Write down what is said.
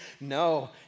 No